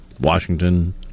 Washington